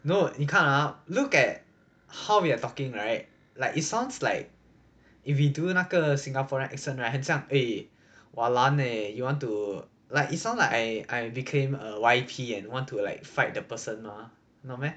no 你看 ah look at how we are talking right like it sounds like if we do 那个 singaporean accent right 很像会 eh wa lan eh you want to like it sound like I I became a Y_P and want to like fight the person mah no meh